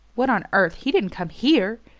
what on earth he didn't come here?